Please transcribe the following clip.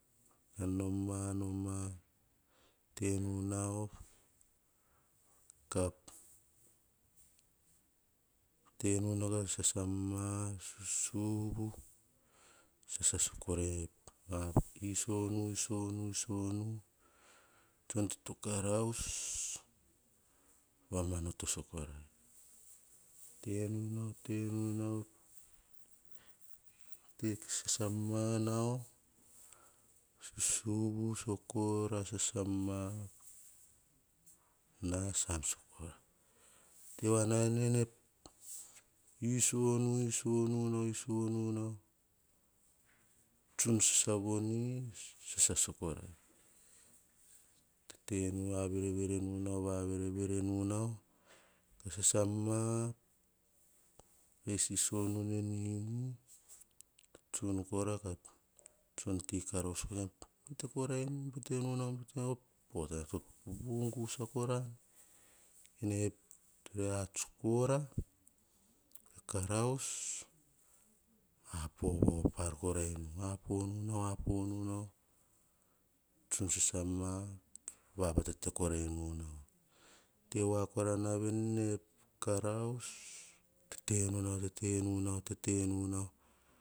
Noma, noma, noma te nu nau, ka te nu nau, sasama, an, susuvu iso nu, iso nu, tson ti to karraus vama noto sa korai. Te nu nau, te nu nau, te sasama nau susuvu sa kora, noma nas an sa kora. Te wna ene iso nu iso na nau, tsun sasa voni, sasa sai kora. Tete nu nau va vere vere nu nau, sasa ma, kes iso nu en inu, tsun kora ka tson ti karaus kora, bete korai nu, bete nu nau, bete nu nau. Potana to vu gusa kora ene re ats kora, karaus apo vaupar korai nu. Apo nu nau, apo nu nau tsun sasama, vavatele korai nu nau. Te wa kora na veni ne karaus, tete nu nau, tete nu nau.